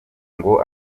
ngo